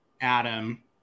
adam